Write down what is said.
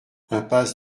impasse